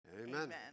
Amen